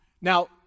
Now